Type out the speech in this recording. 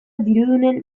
dirudunen